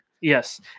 Yes